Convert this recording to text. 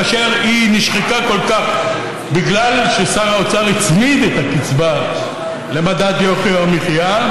כאשר היא נשחקה כל כך בגלל ששר האוצר הצמיד את הקצבה למדד יוקר המחיה,